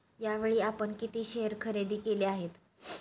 यावेळी आपण किती शेअर खरेदी केले आहेत?